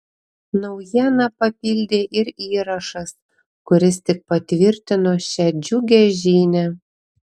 naujieną papildė ir įrašas kuris tik patvirtino šią džiugią žinią